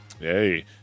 Hey